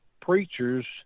preachers